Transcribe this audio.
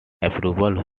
approval